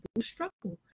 struggle